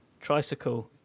tricycle